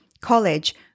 college